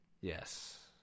Yes